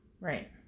Right